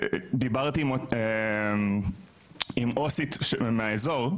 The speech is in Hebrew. דיברתי עם עו"סית מהאזור,